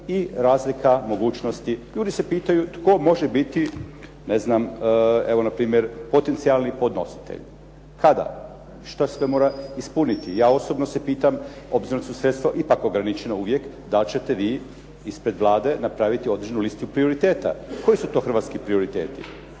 i razlika mogućnosti. Ljudi se pitaju tko može biti, ne znam evo na primjer, potencijalni podnositelj? Kada? Što sve mora ispuniti? Ja osobno se pitam, obzirom da su sredstva ipak ograničena uvije, da li ćete vi ispred Vlade napraviti određenu listu prioriteta. Koji su to hrvatski prioriteti?